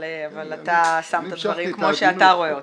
אבל אתה שם את הדברים כמו שאתה רואה אותם.